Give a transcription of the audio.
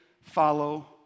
follow